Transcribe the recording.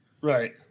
Right